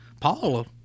Paul